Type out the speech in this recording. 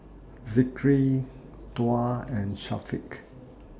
Zikri Tuah and Syafiq